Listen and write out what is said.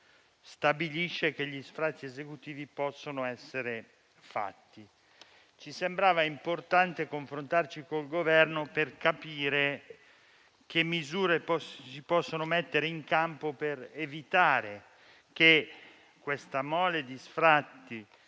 stabilisce che gli sfratti esecutivi possano essere eseguiti. Ci sembrava importante confrontarci con il Governo per capire quali misure si possano mettere in campo per fare in modo che questa mole di sfratti,